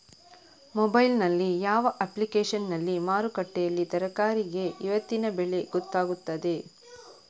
Mobile ನಲ್ಲಿ ಯಾವ ಅಪ್ಲಿಕೇಶನ್ನಲ್ಲಿ ಮಾರುಕಟ್ಟೆಯಲ್ಲಿ ತರಕಾರಿಗೆ ಇವತ್ತಿನ ಬೆಲೆ ಗೊತ್ತಾಗುತ್ತದೆ?